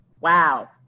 wow